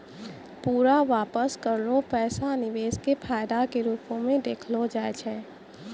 पूरा वापस करलो पैसा निवेश के फायदा के रुपो मे देखलो जाय छै